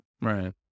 Right